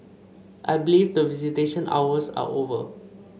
I believe that visitation hours are over